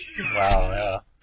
Wow